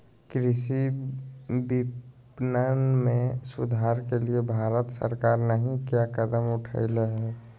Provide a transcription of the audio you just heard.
कृषि विपणन में सुधार के लिए भारत सरकार नहीं क्या कदम उठैले हैय?